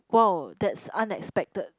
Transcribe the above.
wow that's unexpected